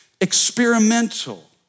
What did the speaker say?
experimental